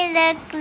look